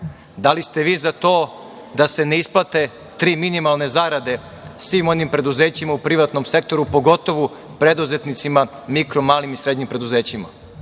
Da li ste vi za to da se ne isplate tri minimalne zarade svim onim preduzećima u privatnom sektoru, pogotovo preduzetnicima, mikro, malim i srednjim preduzećima?